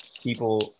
People